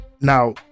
now